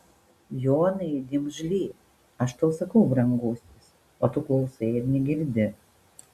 jonai dimžly aš tau sakau brangusis o tu klausai ir negirdi